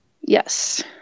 Yes